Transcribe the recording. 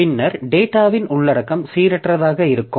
பின்னர் டேட்டாவின் உள்ளடக்கம் சீரற்றதாக இருக்கும்